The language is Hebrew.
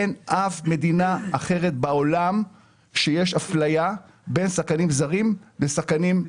אין אף מדינה אחרת בעולם שיש אפליה בין שחקנים זרים לשחקנים מקומיים.